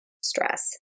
stress